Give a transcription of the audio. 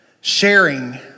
sharing